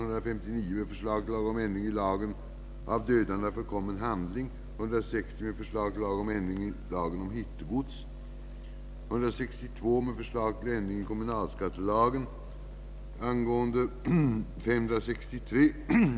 Problemet är stort och berör många delar av vårt samhällsliv. Vissa fall har berört det militära området. Här kan nämnas en flyglöjtnant som efter många år nu synes få upprättelse.